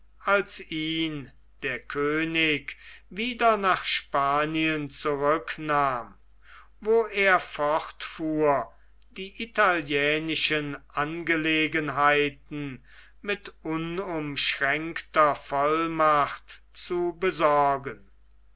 als ihn der könig wieder nach spanien zurücknahm wo er fortfuhr die italienischen angelegenheiten mit unumschränkter vollmacht zu besorgen